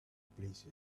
places